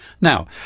Now